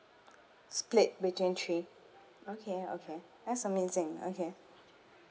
split between three okay okay that's amazing okay